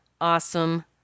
awesome